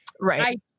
right